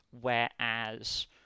whereas